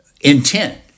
intent